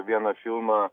vieną filmą